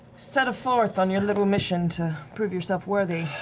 set forth on your little mission to prove yourself worthy?